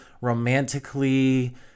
romantically